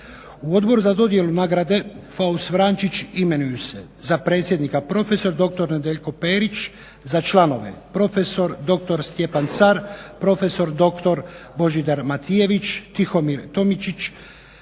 u Odbor za dodjelu nagrade "Faust Vrančić" imenuju se za predsjednika prof.dr. Nedjeljko Perić, za članove prof.dr. Stjepan Car, prof.dr. Božidar Matijević, Tihomir Tomičić,